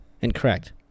incorrect